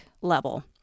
level